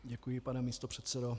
Děkuji, pane místopředsedo.